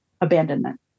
abandonment